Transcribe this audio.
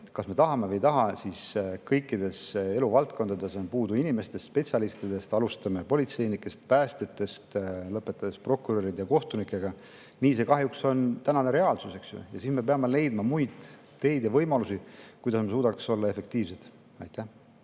Kas me tahame või ei taha, aga kõikides eluvaldkondades on puudu inimestest, spetsialistidest: alustades politseinikest ja päästjatest, lõpetades prokuröride ja kohtunikega. Selline see tänane reaalsus kahjuks on, eks ju. Ja siin me peame leidma muid teid ja võimalusi, kuidas me suudaks olla efektiivsed. Aitäh